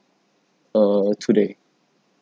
err today